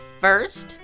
First